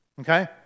okay